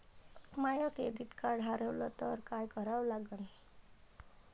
माय credit card हारवलं तर काय करा लागन?